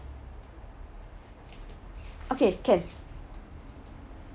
okay can